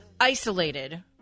isolated